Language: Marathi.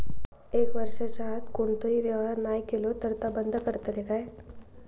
एक वर्षाच्या आत कोणतोही व्यवहार नाय केलो तर ता बंद करतले काय?